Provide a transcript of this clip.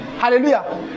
Hallelujah